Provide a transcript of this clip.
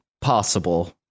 possible